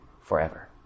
forever